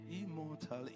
immortal